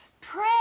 pray